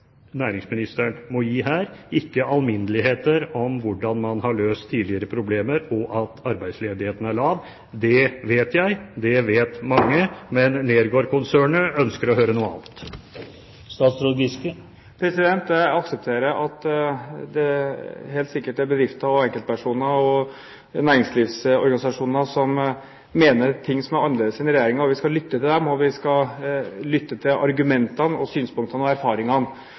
næringsministeren må gi her, ikke alminneligheter om hvordan man har løst tidligere problemer, og at arbeidsledigheten er lav. Det vet jeg, det vet mange, men Nergård-konsernet ønsker å høre noe annet. Jeg aksepterer at det helt sikkert er bedrifter, enkeltpersoner og næringslivsorganisasjoner som mener ting som er annerledes enn det Regjeringen mener, og vi skal lytte til dem. Vi skal lytte til argumentene, synspunktene og erfaringene.